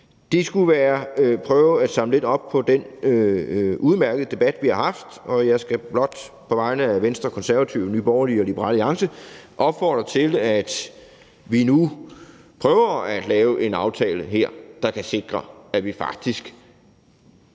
Det skulle være et forsøg på at samle lidt op på den udmærkede debat, vi har haft, og jeg skal blot på vegne af Venstre, Konservative, Nye Borgerlige og Liberal Alliance opfordre til, at vi nu prøver at lave en aftale her, der kan sikre, at vi faktisk